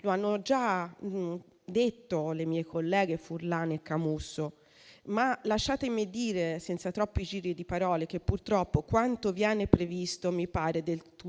Lo hanno già detto le mie colleghe Furlan e Camusso, ma lasciatemi dire, senza troppi giri di parole, che purtroppo quanto viene previsto mi pare del tutto